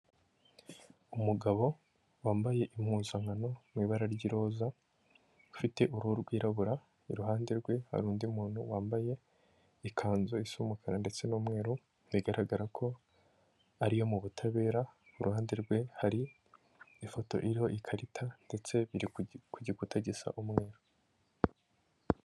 Umugabo wambaye impuzankano mu ibara ry'iroza ufite uruhu rwirabura iruhande rwe hari undi muntu wambaye ikanzu isa umukara ndetse n'umweru bigaragara ko ariyo mu butabera iruhande rwe hari ifoto iriho ikarita ndetse biri ku gikuta gisa umweru .